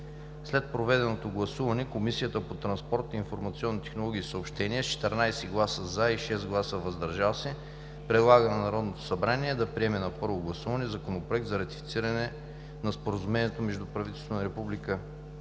След проведеното гласуване Комисията по транспорт, информационни технологии и съобщения с 14 гласа „за“ и 6 гласа „въздържал се“ предлага на Народното събрание да приеме на първо гласуване Законопроект за ратифициране на Споразумението между правителството на Република